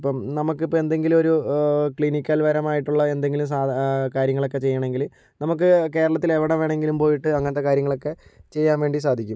ഇപ്പോൾ നമുക്കിപ്പോൾ എന്തെങ്കിലും ഒരു ക്ലിനിക്കൽ പരമായിട്ടുള്ള എന്തെങ്കിലും സാധാരണ കാര്യങ്ങളൊക്കെ ചെയ്യണെങ്കിൽ നമുക്ക് കേരളത്തിലെവിടെ വേണമെങ്കിലും പോയിട്ട് അങ്ങനത്തെ കാര്യങ്ങളൊക്കെ ചെയ്യാൻ വേണ്ടി സാധിക്കും